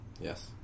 Yes